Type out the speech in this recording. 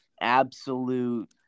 absolute